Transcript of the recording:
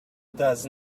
does